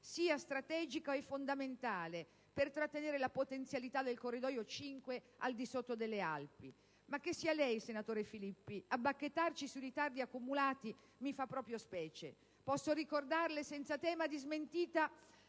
siano strategici e fondamentali per trattenere la potenzialità del corridoio 5 al di sotto delle Alpi, ma che sia lei, senatore Marco Filippi, a bacchettarci sui ritardi accumulati mi fa proprio specie! Posso ricordarle senza tema di smentita